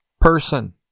person